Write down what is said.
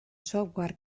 software